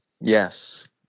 yes